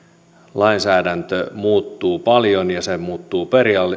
lainsäädäntö muuttuu paljon ja se muuttuu